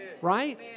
Right